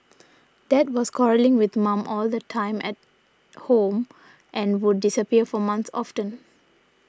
dad was quarrelling with mum all the time at home and would disappear for months often